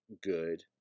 good